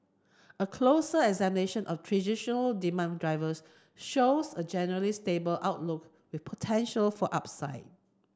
a closer examination of traditional demand drivers shows a generally stable outlook with potential for upside